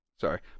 sorry